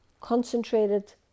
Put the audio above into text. concentrated